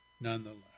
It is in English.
nonetheless